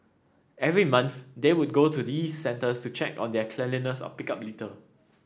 every month they would go to these centres to check on their cleanliness or pick up litter